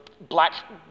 black